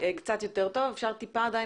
בוקר טוב.